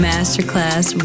masterclass